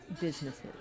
businesses